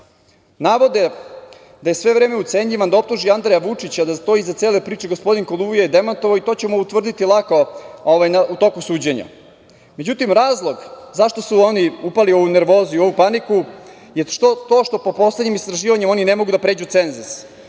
Navode da je sve vreme ucenjivan da optuži Andreja Vučića da stoji iza cele priče, gospodin Koluvija je demantovao i to ćemo utvrditi lako u toku suđenja.Međutim, razlog zašto su oni upali u nervozu i paniku je to što, po poslednjim istraživanjima, oni ne mogu da pređu cenzus